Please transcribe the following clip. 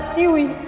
doing?